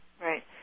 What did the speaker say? Right